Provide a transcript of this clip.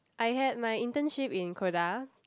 I had my internship in Koda